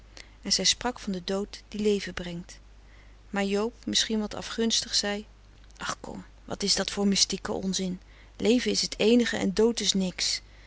en zij sprak van den dood die leven brengt maar joob misschien wat afgunstig zei och kom wat ia dat voor mystieke onzin leven is t eenige en dood is niks